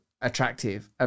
attractive